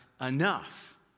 enough